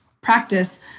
practice